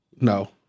No